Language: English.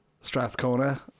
Strathcona